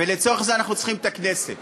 ולצורך זה אנחנו צריכים את הכנסת